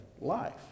life